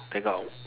they got